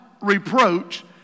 reproach